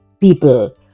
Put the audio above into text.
people